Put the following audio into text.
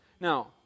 Now